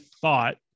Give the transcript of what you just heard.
thought